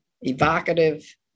evocative